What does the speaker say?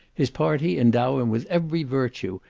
his party endow him with every virtue,